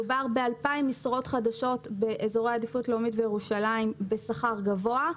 מדובר ב-2,000 משרות חדשות באזורי עדיפות לאומי וירושלים בשכר גבוה,